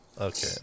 Okay